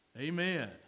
Amen